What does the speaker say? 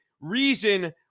reason